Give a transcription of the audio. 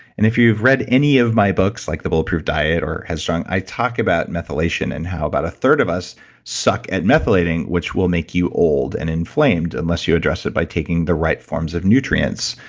and if you've read any of my books, like the bulletproof diet or head strong, i talk about methylation and how about a third of us suck at methylating, which will make you old and inflamed unless you address it by taking the right forms of nutrients,